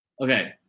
Okay